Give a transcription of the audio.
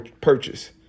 purchase